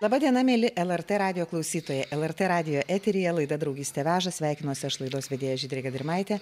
laba diena mieli lrt radijo klausytojai lrt radijo eteryje laida draugystė veža sveikinuosi aš laidos vedėja žydrė gedrimaitė